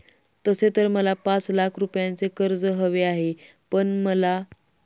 तसे तर मला पाच लाख रुपयांचे कर्ज हवे आहे, पण आपण मला फक्त दोन लाख रुपये दिलेत तरी सुद्धा खूप मदत होईल